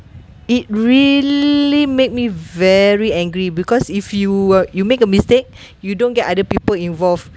it really made me very angry because if you were you make a mistake you don't get other people involved